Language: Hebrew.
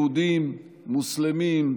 יהודים, מוסלמים,